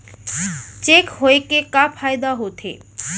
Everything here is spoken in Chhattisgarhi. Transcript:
चेक होए के का फाइदा होथे?